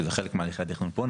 שזה חלק מהליכי התכנון פה,